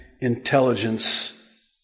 intelligence